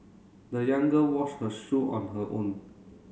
the young girl washed her shoe on her own